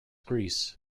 greece